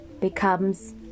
becomes